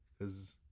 Cause